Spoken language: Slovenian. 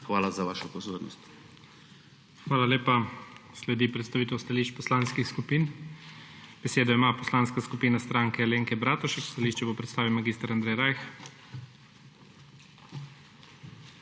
IGOR ZORČIČ:** Hvala lepa. Sledi predstavitev stališč poslanskih skupin. Besedo ima Poslanska skupina Stranke Alenke Bratušek. Stališče bo predstavil mag. Andrej Rajh.